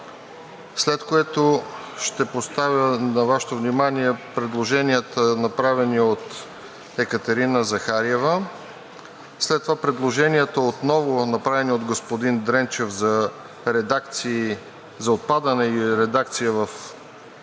след което ще поставя на Вашето внимание предложенията, направени от Екатерина Захариева, след това са предложенията, направени от господин Дренчев, за отпадане и редакция в т. 6 от Проекта